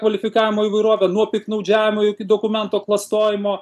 kvalifikavimo įvairovę nuo piktnaudžiavimo iki dokumento klastojimo